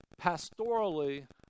pastorally